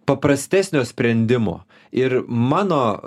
paprastesnio sprendimo ir mano